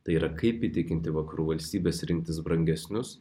tai yra kaip įtikinti vakarų valstybes rinktis brangesnius